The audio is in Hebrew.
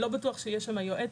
לא בטוח שיש שם יועצת.